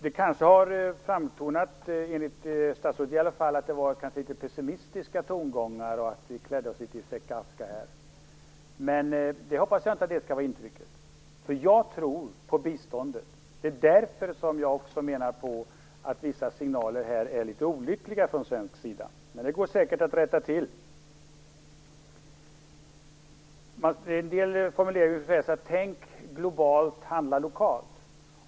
Det har kanske framtonat, i alla fall enligt statsrådet, litet pessimistiska tongångar och vi klädde oss litet i säck och aska här. Men jag hoppas att det inte skall vara intrycket. Jag tror på biståndet. Det är därför som jag också menar att vissa signaler från Sverige är litet olyckliga. Men det går säkert att rätta till. Det finns en formulering som säger: Tänk globalt, handla lokalt.